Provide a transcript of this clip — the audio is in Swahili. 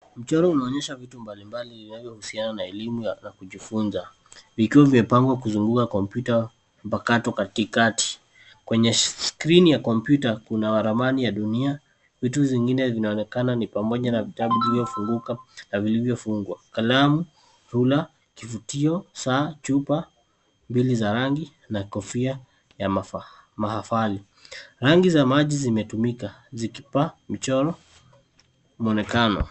Michoro unaonyesha vitu mbalimbali inalohusiana na elimu ya kujifunza, vikiwa vimepangwa kuzunguka kompyuta mpaato katikati. Kwenye skrini ya kompyuta kuna waramani ya dunia, vitu zingine zinaonekana ni pamoja na vitubu viliofunguka na vilivyo fungwa. Kalamu, rula, kifutio, saa, chupa, bili za rangi na kofia ya mahafali. Rangi za maji zimetumika, zikipa, michoro, mwonekano.